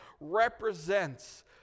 represents